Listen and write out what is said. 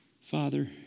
Father